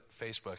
Facebook